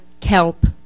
kelp